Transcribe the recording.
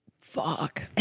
fuck